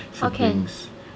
siblings